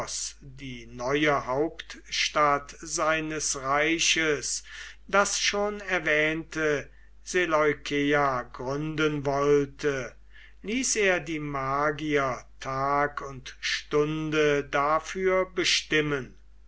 die neue hauptstadt seines reiches das schon erwähnte seleukeia gründen wollte ließ er die magier tag und stunde dafür bestimmen